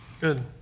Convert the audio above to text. good